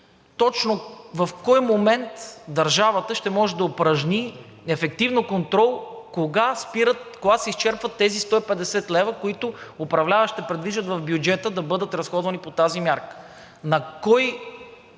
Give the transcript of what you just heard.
Точно в кой момент държавата ще може да упражни ефективно контрол кога се изчерпват тези 150 млн. лв., които управляващите предвиждат в бюджета да бъдат разходвани по тази мярка?